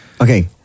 Okay